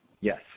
Yes